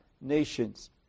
Nations